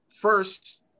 first